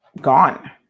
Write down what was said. gone